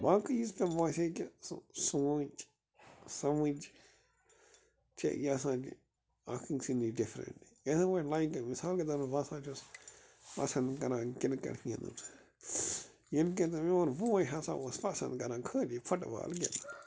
باقٕے یُس مےٚ باسے کہِ سُہ سونٛچ سمٕجھ چھِ یہِ ہسا گٔیہِ اَکھ اِنسٲنی ڈِفرنٛٹ یِتھٕے پٲٹھۍ لایکہِ مِثال کہِ طور پر بہٕ ہسا چھُس پسنٛد کَران کِرکٹ گِنٛدُن ییٚلہِ کہِ زَن میٛون بوے ہسا اوس پسنٛد کَران خٲلٕے فُٹ بال گِنٛدُن